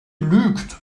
lügt